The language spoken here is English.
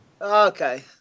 Okay